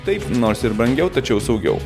taip nors ir brangiau tačiau saugiau